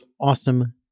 awesome